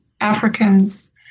Africans